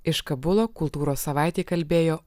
iš kabulo kultūros savaitei kalbėjo